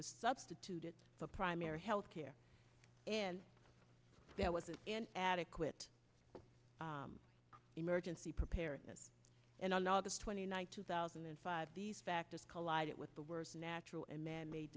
was substituted for primary health care and there wasn't an adequate emergency preparedness and on august twenty ninth two thousand and five these factors collided with the worst natural and manmade